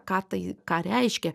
ką tai ką reiškia